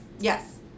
Yes